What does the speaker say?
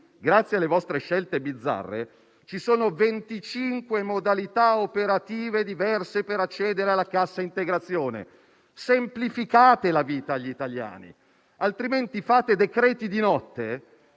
grazie alle vostre scelte bizzarre, ci sono 25 modalità operative diverse per accedere alla cassa integrazione. Semplificate la vita agli italiani, altrimenti fate decreti di notte